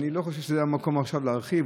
אני לא חושב שזה המקום עכשיו להרחיב,